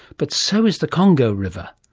but so is the congo river.